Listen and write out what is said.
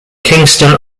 kingston